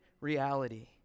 reality